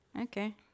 Okay